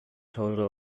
total